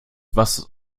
was